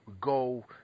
go